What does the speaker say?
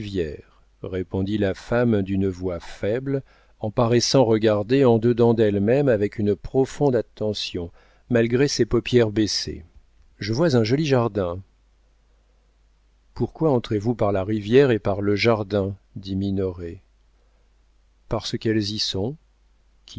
répondit la femme d'une voix faible en paraissant regarder en dedans d'elle-même avec une profonde attention malgré ses paupières baissées je vois un joli jardin pourquoi entrez vous par la rivière et par le jardin dit minoret parce qu'elles y sont